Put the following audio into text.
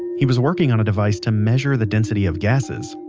he was working on a device to measure the density of gasses.